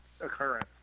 occurrence